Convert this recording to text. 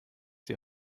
die